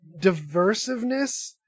diversiveness